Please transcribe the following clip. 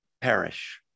perish